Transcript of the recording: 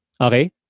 okay